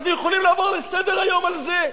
אנחנו יכולים לעבור לסדר-היום על זה?